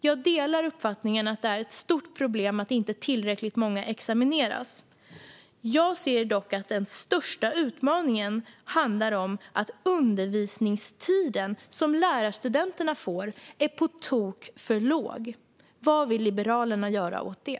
Jag delar uppfattningen att det är ett stort problem att inte tillräckligt många examineras. Jag ser dock att den största utmaningen handlar om att lärarstudenterna får på tok för lite undervisningstid. Vad vill Liberalerna göra åt det?